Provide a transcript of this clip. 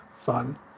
fun